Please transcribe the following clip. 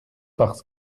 parce